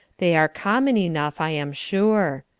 they are common enough, i am sure.